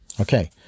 Okay